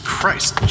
Christ